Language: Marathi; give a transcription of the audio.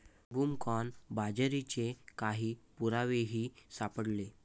ब्रूमकॉर्न बाजरीचे काही पुरावेही सापडले